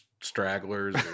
stragglers